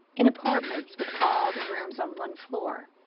in apartments with all the rooms on one floor,